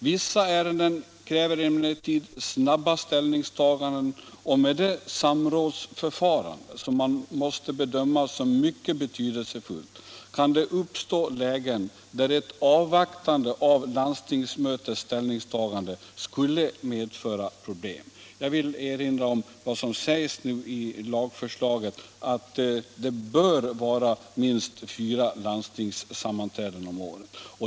Vissa ärenden kräver emellertid snabba ställningstaganden, och med samrådsförfarandet — som man måste bedöma som mycket betydelsefullt — kan det uppstå lägen där ett avvaktande av landstingsmötets ställningstagande skulle medföra problem. Jag vill i det sammanhanget erinra om vad som sägs i lagförslaget, nämligen att det bör vara minst fyra landstingssammanträden om året.